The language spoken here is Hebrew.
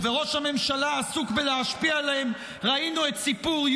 ותאגיד השידור הציבורי